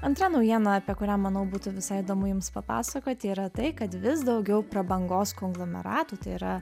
antra naujiena apie kurią manau būtų visai įdomu jums papasakoti yra tai kad vis daugiau prabangos konglomeratų tai yra